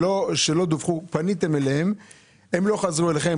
שלא דיווחו, פניתם אליהן והן לא חזרו אליכם.